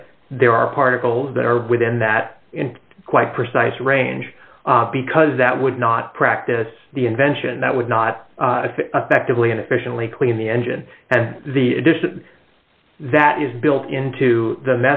that there are particles that are within that quite precise range because that would not practice the invention that would not affect the way in efficiently clean the engine and the that is built into the